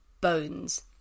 bones